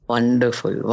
Wonderful